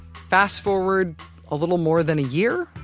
fast forward a little more than a year,